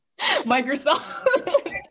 Microsoft